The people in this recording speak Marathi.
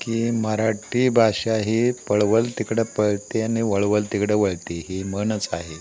की मराठी भाषा ही पळवाल तिकडं पळते आणि वळवाल तिकडे वळते ही म्हणच आहे